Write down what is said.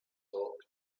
talk